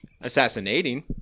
Assassinating